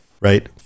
Right